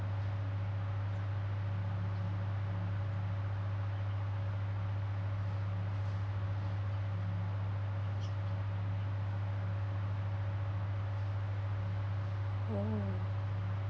oh